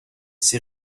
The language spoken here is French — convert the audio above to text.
ses